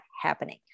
happening